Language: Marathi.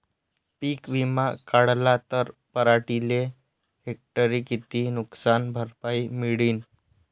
पीक विमा काढला त पराटीले हेक्टरी किती नुकसान भरपाई मिळीनं?